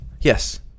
Yes